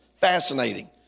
Fascinating